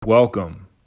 Welcome